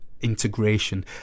integration